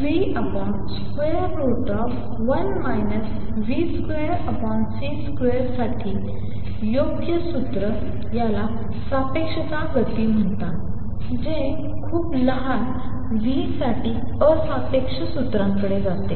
v2c2 साठी योग्य सूत्र याला सापेक्षता गती म्हणतात जे खूप लहान v साठी असापेक्ष सूत्राकडे जाते